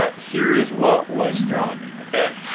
ah here's what was throwing me, okay?